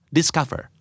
Discover